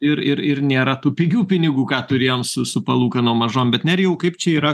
ir ir ir nėra tų pigių pinigų ką turėjom su su palūkanom mažom bet nerijau kaip čia yra